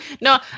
No